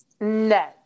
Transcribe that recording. No